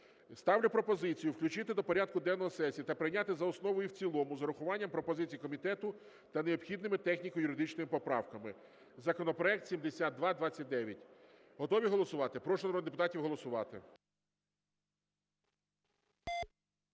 Ставлю пропозицію включити до порядку денного сесії та прийняти за основу і в цілому з урахуванням пропозицій комітету та необхідними техніко-юридичними поправками законопроект 7229. Готові голосувати? Прошу народних депутатів голосувати.